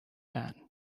ann